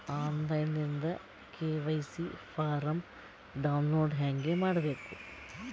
On line ದಿಂದ KYC form download ಹೇಂಗ ಮಾಡಬೇಕು?